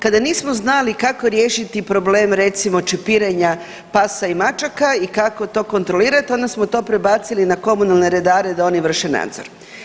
Kada nismo znali kako riješiti problem recimo čipiranja pasa i mačaka i kako to kontrolirati onda smo to prebacili na komunalne redare da oni vrše nadzor.